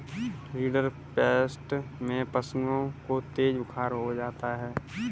rinderpest में पशुओं को तेज बुखार हो जाता है